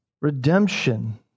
redemption